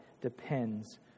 depends